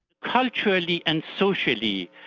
culturally and socially,